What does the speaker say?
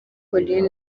paulin